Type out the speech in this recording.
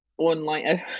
online